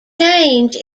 change